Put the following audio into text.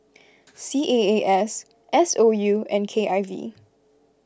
C A A S S O U and K I V